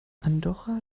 andorra